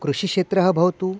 कृषिक्षेत्रं भवतु